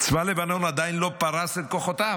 צבא לבנון עדיין לא פרס את כוחותיו.